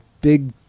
big